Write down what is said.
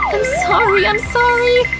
i'm sorry! i'm sorry!